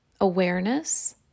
awareness